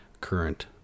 current